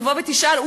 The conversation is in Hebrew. תבוא ותשאל,